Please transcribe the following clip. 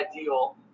ideal